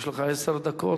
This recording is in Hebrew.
יש לך עשר דקות.